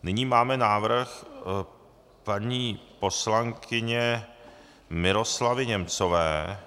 Nyní máme návrh paní poslankyně Miroslavy Němcové.